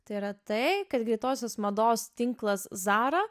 tai yra tai kad greitosios mados tinklas zara